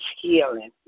healing